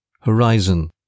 Horizon